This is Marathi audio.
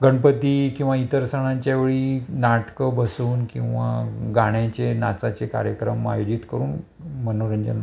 गणपती किंवा इतर सणांच्या वेळी नाटकं बसून किंवा गाण्याचे नाचाचे कार्यक्रम आयोजित करून मनोरंजन